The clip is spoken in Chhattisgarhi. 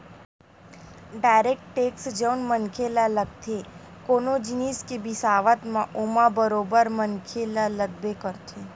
इनडायरेक्ट टेक्स जउन मनखे ल लगथे कोनो जिनिस के बिसावत म ओमा बरोबर मनखे ल लगबे करथे